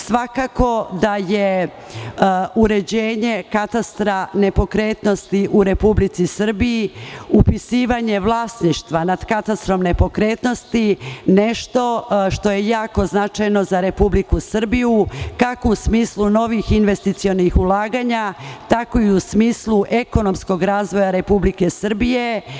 Svakako da je uređenje katastra nepokretnosti u Republici Srbiji, upisivanje vlasništva nad katastrom nepokretnosti što je jako značajno za Republiku Srbiju, kako u smislu novih investicionih ulaganja, tako i u smislu ekonomskog razvoja Republike Srbije.